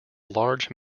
large